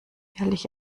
jährlich